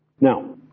Now